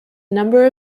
number